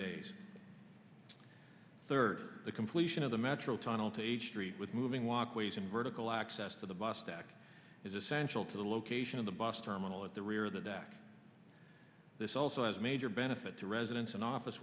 days third the completion of the metro tunnel to age street with moving walkways and vertical access to the bus stack is essential to the location of the bus terminal at the rear of the deck this also has major benefit to residents and office